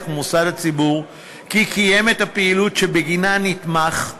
מוסד הציבור כי קיים את הפעילות שבגינה נתמך,